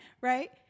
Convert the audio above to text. right